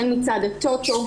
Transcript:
הן מצד הטוטו,